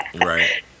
right